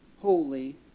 holy